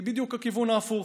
היא בדיוק הכיוון ההפוך.